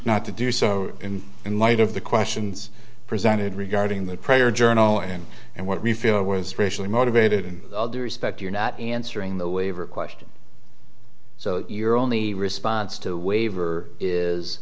not to do so in light of the questions presented regarding the prayer journal and and what we feel was racially motivated in all due respect you're not answering the waiver question so your only response to waiver is